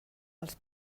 els